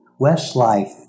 Westlife